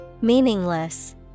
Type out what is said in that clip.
Meaningless